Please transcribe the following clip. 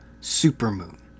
supermoon